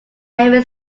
ever